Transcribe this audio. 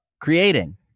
creating